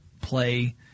play